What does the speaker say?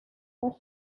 میشه